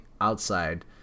outside